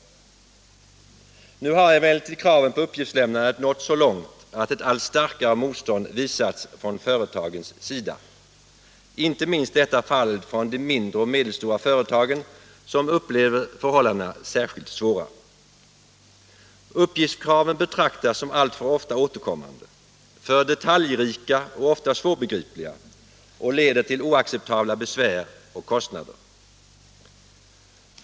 Nu har emellertid kraven på uppgiftslämnande nått så långt att ett allt starkare motstånd visats från företagens sida, inte minst från de mindre och medelstora företagen, där man upplever förhållandena som särskilt svåra. Uppgiftskraven betraktas som alltför ofta återkommande, för detaljrika och ofta svårbegripliga, och de leder till oacceptabla besvär och kostnader.